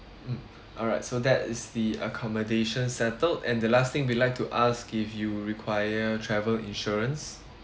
mm alright so that is the accommodation settled and the last thing we'd like to ask if you require travel insurance